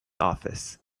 office